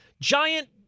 giant